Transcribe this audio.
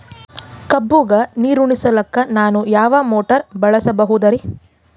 ಕಬ್ಬುಗ ನೀರುಣಿಸಲಕ ನಾನು ಯಾವ ಮೋಟಾರ್ ಬಳಸಬಹುದರಿ?